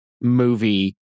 movie